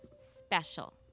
special